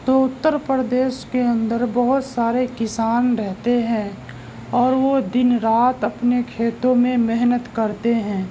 تو اتر پردیش کے اندر بہت سارے کسان رہتے ہیں اور وہ دن رات اپنے کھیتوں میں محنت کرتے ہیں